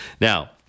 Now